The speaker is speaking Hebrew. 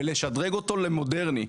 ולשדרג אותו למודרני,